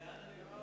לאן אני ממהר?